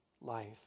life